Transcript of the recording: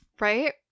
right